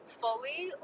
fully